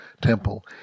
temple